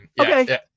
okay